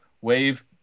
Wave